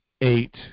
eight